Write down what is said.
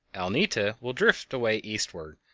alnita, will drift away eastward,